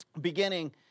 beginning